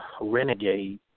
renegade